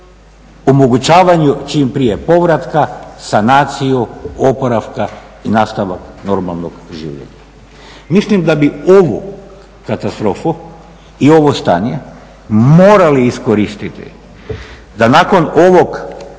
omogućavanju čim prije povratka, sanaciju, oporavka i nastavak normalnog življenja. Mislim da bi ovu katastrofu i ovo stanje morali iskoristiti, da nakon ovog